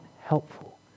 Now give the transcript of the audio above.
helpful